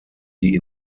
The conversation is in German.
die